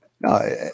no